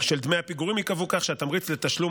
של דמי הפיגורים ייקבעו כך שהתמריץ לתשלום